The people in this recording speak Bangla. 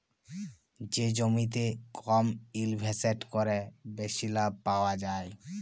যে জমিতে কম ইলভেসেট ক্যরে বেশি লাভ পাউয়া যায়